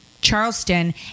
Charleston